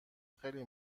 خیلی